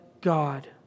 God